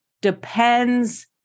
Depends